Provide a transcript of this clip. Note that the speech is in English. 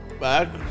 back